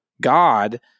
God